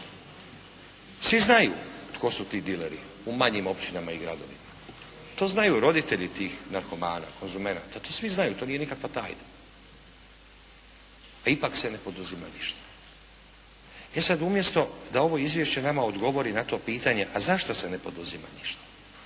Svi znaju tko su ti dileri u manjim općinama i gradovima, to znaju roditelji tih narkomana, konzumenata, to svi znaju, to nije nikakva tajna, a ipak se ne poduzima ništa. E sada umjesto da ovo izvješće nama odgovori na to pitanje a zašto se ne poduzima ništa,